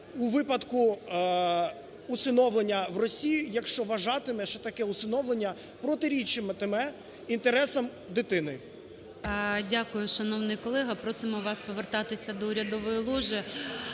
у випадку усиновлення в Росію, якщо вважатиме, що таке усиновлення протирічатиме інтересам дитини. ГОЛОВУЮЧИЙ. Дякую, шановний колего. Просимо вас повертатися до урядової ложі.